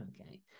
okay